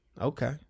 Okay